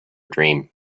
dream